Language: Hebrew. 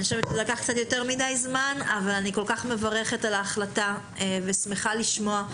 זה לקח קצת יותר מדי זמן אבל אני כל כך מברכת על ההחלטה ושמחה לשמוע.